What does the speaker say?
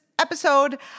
episode